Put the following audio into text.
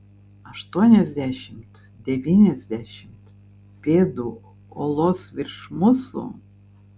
aštuoniasdešimt devyniasdešimt pėdų uolos virš mūsų